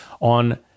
on